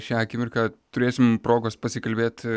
šią akimirką turėsim progos pasikalbėti